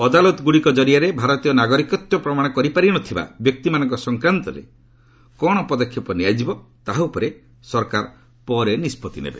ଅଦାଳତଗୁଡ଼ିକ ଜରିଆରେ ଭାରତୀୟ ନାଗରୀକତ୍ୱ ପ୍ରମାଣ କରିପାରିନଥିବା ବ୍ୟକ୍ତିମାନଙ୍କ ସଂକ୍ରାନ୍ତରେ କ'ଣ ପଦକ୍ଷେପ ନିଆଯିବ ତାହା ଉପରେ ସରକାର ପରେ ନିଷ୍ପଭି ନେବେ